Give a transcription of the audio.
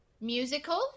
musical